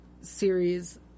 series